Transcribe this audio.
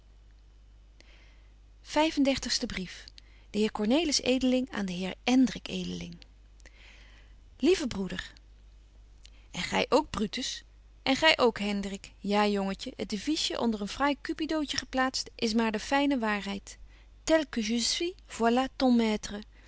brief de heer cornelis edeling aan den heer hendrik edeling lieve broeder en gy ook brutus en gy ook hendrik ja jongetje het deviesje onder een fraai cupidootje geplaatst is maar de fyne waarheid